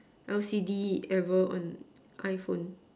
L_C_D ever on I phone